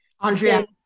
Andrea